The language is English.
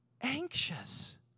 anxious